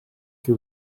que